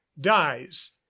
dies